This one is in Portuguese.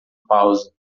pausa